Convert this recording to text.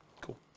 Cool